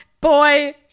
boy